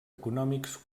econòmics